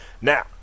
Now